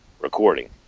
recording